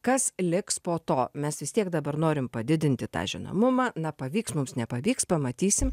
kas liks po to mes vis tiek dabar norim padidinti tą žinomumą na pavyks mums nepavyks pamatysim